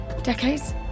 Decades